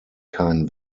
kein